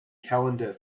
calendar